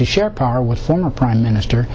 to share power with former prime minister